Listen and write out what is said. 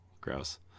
Gross